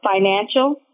Financial